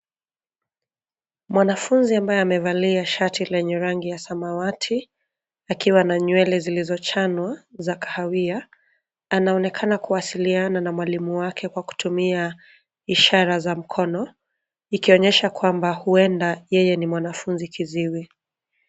Mwanafunzi ambaye amevalia shati lenye rangi ya samawati akiwa na nywele zilizochanwa za kahawia anaonekana kuwasiliana na mwalimu wake kwa kutumia ishara za mkono ikonyesha kwamba huenda yeye ni mwanafunzi kiziwi.